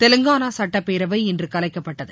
தெலுங்கானா சுட்டப்பேரவை இன்று கலைக்கப்பட்டது